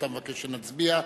אתה מבקש שנצביע.